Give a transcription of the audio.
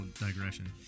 digression